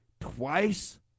twice